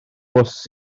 bws